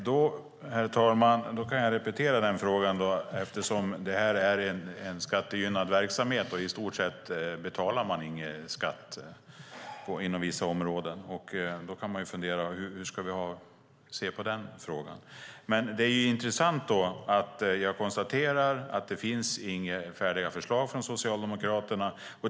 Herr talman! Då kan jag repetera frågan. Eftersom detta är en skattegynnad verksamhet och man i stort sett inte betalar någon skatt inom vissa områden kan vi fundera på hur vi ska se på den frågan. Jag konstaterar att det inte finns några färdiga förslag från Socialdemokraterna, vilket är intressant.